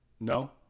No